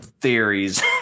theories